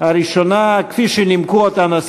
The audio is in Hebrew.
שנימקו אותן.